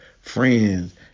friends